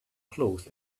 cloth